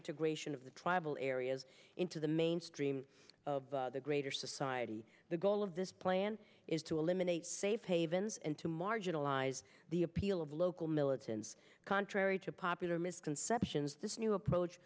integration of the tribal areas into the mainstream of the greater society the goal of this plan is to eliminate safe havens and to marginalize the appeal of local militants contrary to popular misconceptions this new approach